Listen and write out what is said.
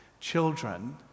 children